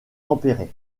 tempéré